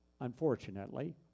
Unfortunately